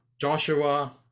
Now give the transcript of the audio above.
Joshua